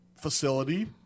Facility